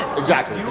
exactly.